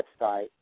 website